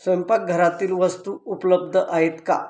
स्वयंपाकघरातील वस्तू उपलब्ध आहेत का